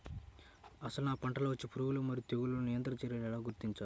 అసలు నా పంటలో వచ్చే పురుగులు మరియు తెగులుల నియంత్రణ చర్యల గురించి ఎలా తెలుసుకోవాలి?